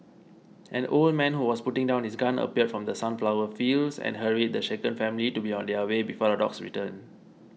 an old man who was putting down his gun appeared from the sunflower fields and hurried the shaken family to be on their way before the dogs return